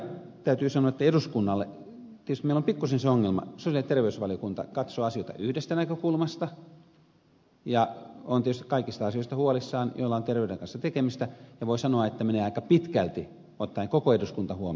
ihan täytyy vielä sanoa että eduskunnassa tietysti meillä on pikkuisen se ongelma että sosiaali ja terveysvaliokunta katsoo asioita yhdestä näkökulmasta ja on tietysti huolissaan kaikista asioista joilla on terveyden kanssa tekemistä ja voi sanoa että menee aika pitkälle näissä asioissa ottaen koko eduskunta huomioon